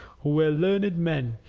who were learned men,